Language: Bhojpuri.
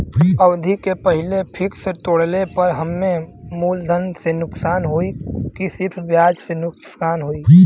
अवधि के पहिले फिक्स तोड़ले पर हम्मे मुलधन से नुकसान होयी की सिर्फ ब्याज से नुकसान होयी?